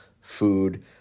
food